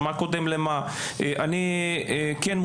מה קודם למה?